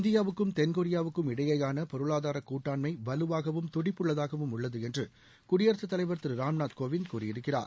இந்தியாவுக்கும் தென்கொரியாவுக்கும் இடையேயான பொருளாதார கூட்டாண்மை வலுவாகவும் துடிப்புள்ளதாகவும் உள்ளது என்று குடியரசுத் தலைவர் திரு ராம் நாத் கோவிந்த் கூறியிருக்கிறார்